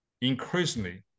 increasingly